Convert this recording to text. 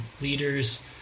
leaders